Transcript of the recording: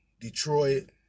Detroit